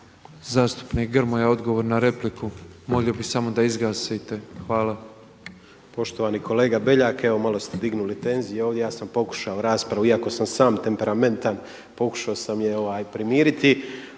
Zastupnik Grmoja, odgovor na repliku. Molio bih samo da izgasite. Hvala. **Grmoja, Nikola (MOST)** Poštovani kolega Beljak, evo malo ste dignuli tenzije ovdje. Ja sam pokušao raspravu iako sam temperamentan, pokušao sam je primiriti.